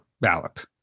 ballot